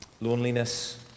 Loneliness